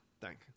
Thank